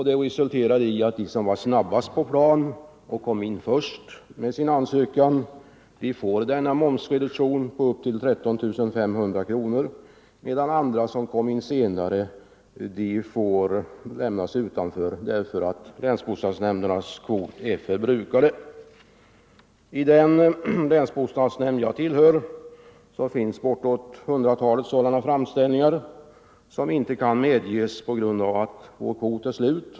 Detta innebär att de som var snabbast på plan och kom in först med sin ansökan får denna momsreduktion på upp till 13 500 kronor, medan andra som kom senare får lämnas utanför därför att länsbostadsnämndernas kvot är förbrukad. Till den länsbostadsnämnd jag tillhör har det kommit bortåt hundratalet sådana framställningar som inte kan medges på grund av att vår kvot 3 är slut.